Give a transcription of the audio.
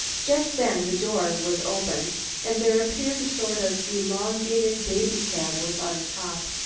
just then the door was opened and there appeared a sort of elongated baby-cab, without a top.